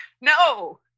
no